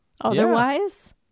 Otherwise